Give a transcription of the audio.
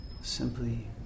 simply